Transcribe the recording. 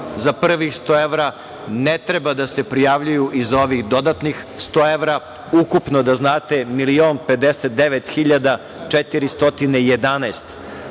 za prvih 100 evra ne treba da se prijavljuju i za ovih dodatnih 100 evra. Ukupno, da znate,